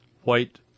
white